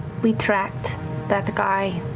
we tracked that guy.